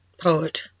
poet